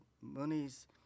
monies